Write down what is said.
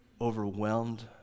overwhelmed